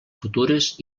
futures